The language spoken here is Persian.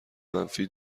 منفی